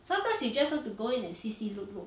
sometimes you just want to go in and see see look look